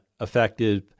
effective